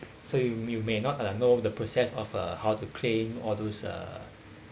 so you you may not uh know the process of uh how to claim all those uh uh